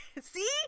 see